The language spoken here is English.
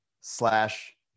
slash